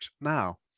now